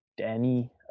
Danny